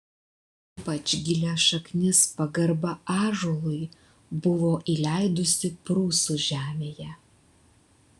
ypač gilias šaknis pagarba ąžuolui buvo įleidusi prūsų žemėje